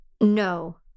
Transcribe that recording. No